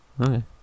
Okay